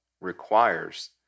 requires